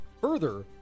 Further